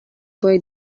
boy